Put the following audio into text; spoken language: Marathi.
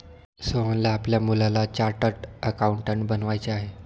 सोहनला आपल्या मुलाला चार्टर्ड अकाउंटंट बनवायचे आहे